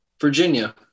Virginia